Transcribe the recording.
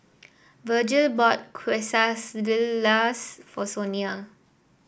Vergil bought Quesadillas for Sonia